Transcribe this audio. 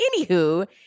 Anywho